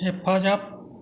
हेफाजाब